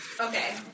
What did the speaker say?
Okay